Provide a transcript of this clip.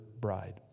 bride